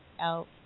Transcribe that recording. out